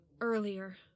earlier